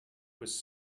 was